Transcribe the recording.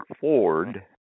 Ford